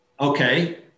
okay